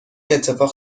اتفاق